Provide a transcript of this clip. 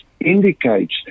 indicates